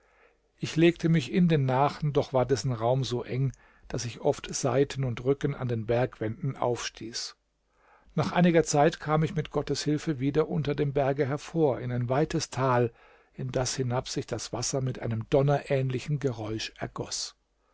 mich in den nachen doch war dessen raum so eng daß ich oft seiten und rücken an den bergwänden aufstieß nach einiger zeit kam ich mit gottes hilfe wieder unter dem berge hervor in ein weites tal in das hinab sich das wasser mit einem donnerähnlichen geräusch ergoß